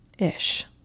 Ish